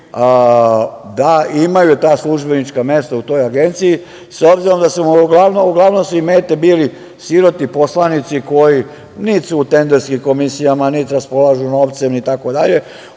da imaju ta službenička mesta u toj agenciji, s obzirom da su im uglavnom mete bili siroti poslanici koji niti su u tenderskim komisijama, niti raspolažu novcem itd. Obično